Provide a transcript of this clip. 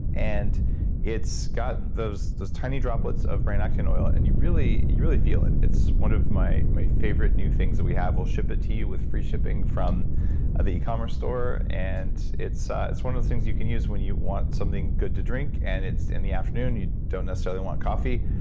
and it's got those those tiny droplets of brain octane oil and you really you really feel it. it's one of my my favorite new things that we have. we'll ship it to you with free shipping from the ecommerce store, and it's ah it's one of the things you can use when you want something good to drink. and in the afternoon, if you don't necessarily want coffee,